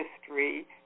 history